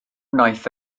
wnaeth